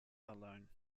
alone